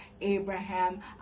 Abraham